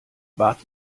wart